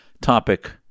topic